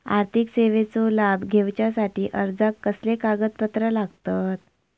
आर्थिक सेवेचो लाभ घेवच्यासाठी अर्जाक कसले कागदपत्र लागतत?